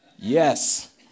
Yes